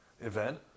Event